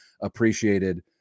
appreciated